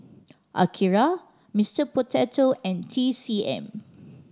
Akira Mister Potato and T C M